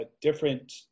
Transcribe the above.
different